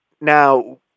Now